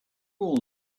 all